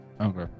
Okay